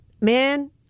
man